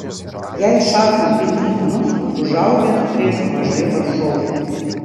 jei šachui gims sūnus užaugęs turės mažai varžovų